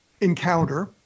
encounter